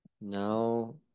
now